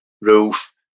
roof